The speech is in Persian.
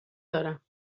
دارم